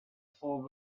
for